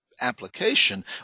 application